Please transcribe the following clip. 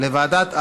לוועדת העבודה,